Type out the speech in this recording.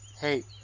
Hey